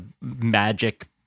magic